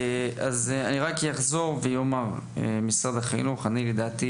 אני אחזור ואומר: משרד החינוך, לדעתי